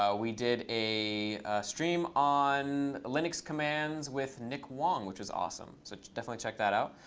ah we did a stream on linux commands with nick wong, which was awesome. so definitely check that out.